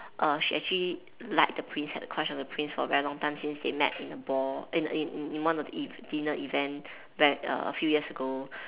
uh she actually liked the prince had a crush on the prince for a very long time since they met in a ball in in in in one of the ev~ dinner event back a few years ago